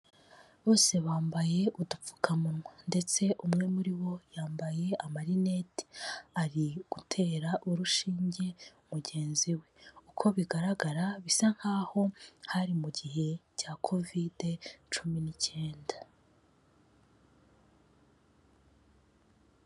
Bose bambaye udupfukamunwa ndetse umwe muri bo yambaye amarinete, ari gutera urushinge mugenzi we. Uko bigaragara bisa nkaho hari mu gihe cya covide cumi n'icyenda.